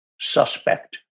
Suspect